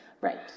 Right